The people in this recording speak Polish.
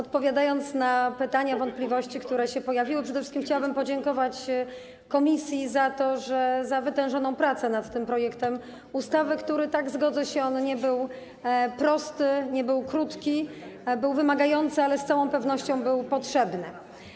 Ale odpowiadając na pytania i wątpliwości, które się pojawiły, przede wszystkim chciałabym podziękować za to komisji, za wytężoną pracę nad tym projektem ustawy, który, tak, zgodzę się, nie był prosty, nie był krótki, był wymagający, ale z całą pewnością był potrzebny.